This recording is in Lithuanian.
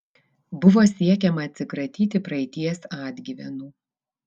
buvo siekiama atsikratyti praeities atgyvenų